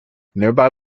nearby